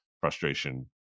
frustration